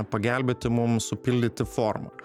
pagelbėti mums supildyti formą